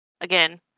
Again